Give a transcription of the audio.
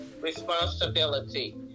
responsibility